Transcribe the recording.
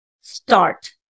start